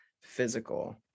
physical